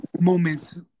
moments